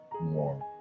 More